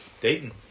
Dayton